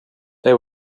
they